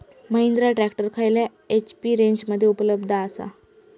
Mahindra tractor खयल्या HP रेंजमध्ये उपलब्ध आसा?